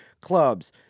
clubs –